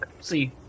see